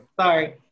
sorry